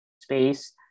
space